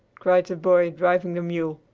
cried the boy driving the mule.